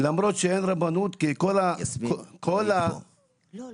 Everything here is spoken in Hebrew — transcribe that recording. מנהל